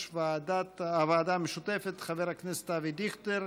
הוועדה המשותפת חבר הכנסת אבי דיכטר.